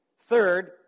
Third